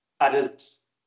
adults